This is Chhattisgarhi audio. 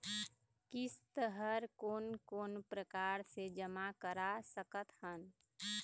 किस्त हर कोन कोन प्रकार से जमा करा सकत हन?